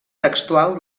textual